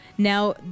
Now